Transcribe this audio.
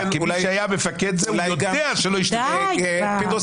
"תם הטקס" על הדבר הזה,